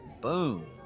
Boom